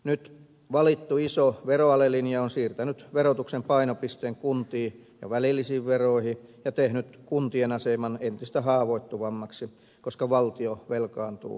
nyt valittu iso veroalelinja on siirtänyt verotuksen painopisteen kuntiin ja välillisiin veroihin ja tehnyt kuntien aseman entistä haavoittuvammaksi koska valtio velkaantuu hurjaa vauhtia